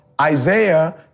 Isaiah